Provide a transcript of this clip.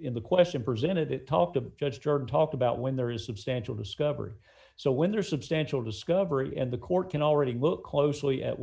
in the question presented it talked about judge jordan talked about when there is substantial discovery so when there are substantial discovery and the court can already look closely at